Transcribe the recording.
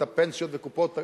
את הפנסיות וקופות הגמל,